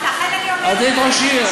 לכן אני אומרת, את היית ראש העיר.